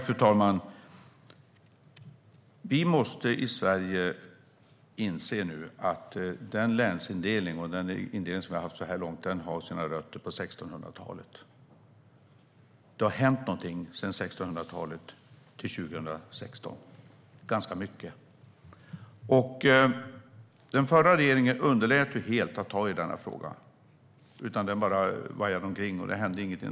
Fru talman! Vi måste i Sverige inse att den länsindelning vi har haft så här långt har sina rötter i 1600-talet. Det har hänt någonting mellan 1600talet och 2016 - ganska mycket. Den förra regeringen underlät ju helt att ta i denna fråga. Den bara vajade omkring, och det hände ingenting.